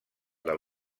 del